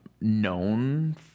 known